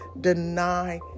deny